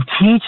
teach